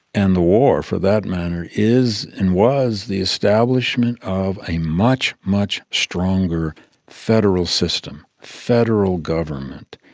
and the war, for that matter, is and was the establishment of a much, much stronger federal system, federal government,